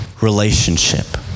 relationship